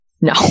No